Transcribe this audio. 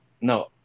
No